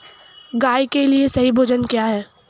गाय के लिए सही भोजन क्या है?